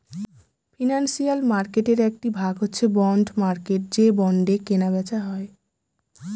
financial মার্কেটের একটি ভাগ হচ্ছে বন্ড মার্কেট যে বন্ডে কেনা বেচা হয়